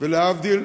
ולהבדיל,